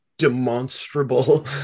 demonstrable